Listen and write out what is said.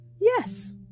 Yes